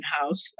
house